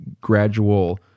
gradual